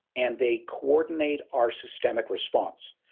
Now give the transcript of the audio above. and they coordinate our systemic response.